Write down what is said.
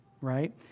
Right